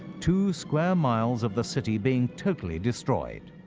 two squares miles of the city being totally destroyed.